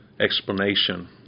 explanation